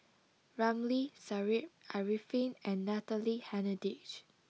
Ramli Sarip Arifin and Natalie Hennedige